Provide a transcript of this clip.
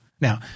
Now